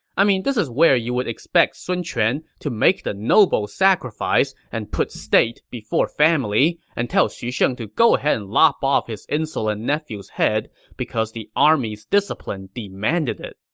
i mean, this is where you would expect sun quan to make the noble sacrifice and put state before family and tell xu sheng to go ahead and lop off his so ah nephew's head because the army's discipline demanded it.